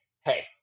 hey